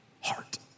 heart